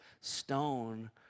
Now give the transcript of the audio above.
stone